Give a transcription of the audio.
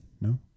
No